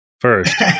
first